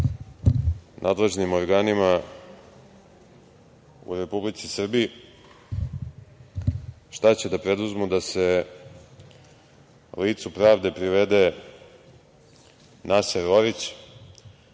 nadležnim organima u Republici Srbiji, šta će da preduzmu da se licu pravde privede Naser Orić,